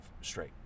straight